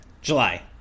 july